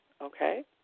okay